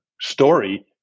story